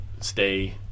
stay